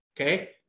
okay